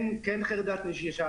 כן חרדת נטישה,